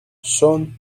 son